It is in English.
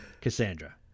Cassandra